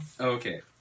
Okay